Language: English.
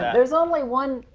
there's only one,